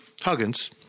Huggins